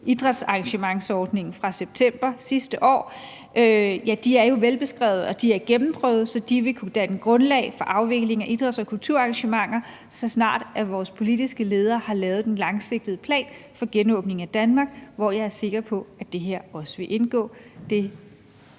idrætsarrangementsordningen fra september sidste år er jo velbeskrevet og gennemprøvet, så de vil kunne danne grundlag for afvikling af idræts- og kulturarrangementer, så snart vores politiske ledere har lavet den langsigtede plan for genåbningen af Danmark, hvor jeg er sikker på at det her også vil indgå.